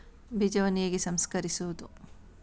ಬೀಜವನ್ನು ಹೇಗೆ ಸಂಸ್ಕರಿಸುವುದು?